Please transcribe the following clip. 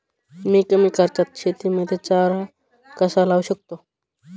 मी कमी खर्चात शेतीमध्ये चारा कसा लावू शकतो?